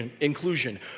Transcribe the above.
inclusion